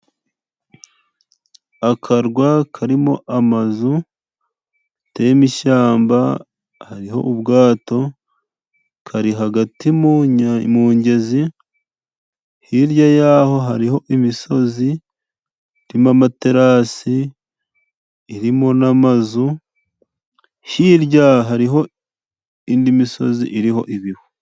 Akarwa kari mo amazu gateye mo ishyamba. Hari ho ubwato, kari hagati mu mugezi. Hirya y'aho hari ho imisozi iri mo amaterasi, irimo n'amazu, hirya hariho indi misozi iriho ibihu.